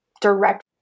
direct